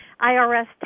IRS